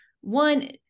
One